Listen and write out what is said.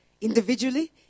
individually